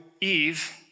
Eve